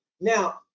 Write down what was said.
Now